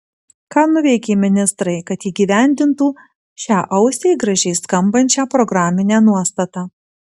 ką nuveikė ministrai kad įgyvendintų šią ausiai gražiai skambančią programinę nuostatą